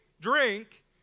drink